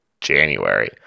January